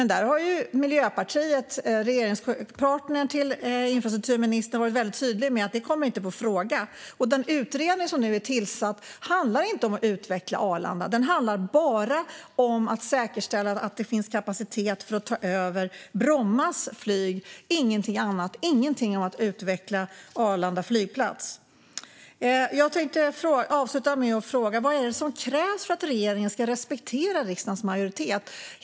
Där har dock Miljöpartiet, infrastrukturministerns regeringspartner, varit väldigt tydligt med att det inte kommer på fråga. Den utredning som nu är tillsatt handlar heller inte om att utveckla Arlanda, utan den handlar bara om att säkerställa att det finns kapacitet för att ta över Brommas flyg - ingenting annat. Det finns ingenting om att utveckla Arlanda flygplats. Jag tänkte avsluta med att fråga vad det är som krävs för att regeringen ska respektera riksdagens majoritet.